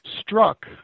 struck